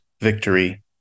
victory